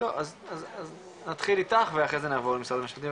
אז נתחיל איתך ואחרי זה נעבור למשרד המשפטים.